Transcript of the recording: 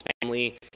family